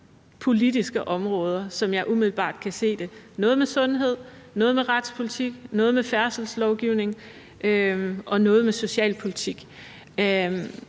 politiske områder, sådan som jeg umiddelbart kan se det: noget med sundhed, noget med retspolitik, noget med færdselslovgivning og noget med socialpolitik.